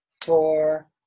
four